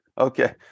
Okay